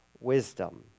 wisdom